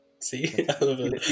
See